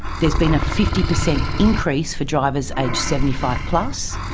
there's been a fifty percent increase for drivers aged seventy five plus.